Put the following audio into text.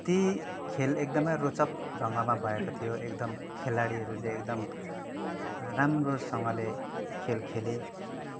ती खेल एकदमै रोचक ढङ्गमा भएको थियो एकदम खेलाडीहरूले एकदम राम्रोसँगले खेल खेले